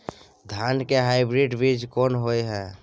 धान के हाइब्रिड बीज कोन होय है?